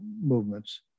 movements